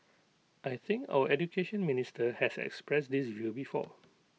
I think our Education Minister has expressed this view before